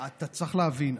אתה צריך להבין,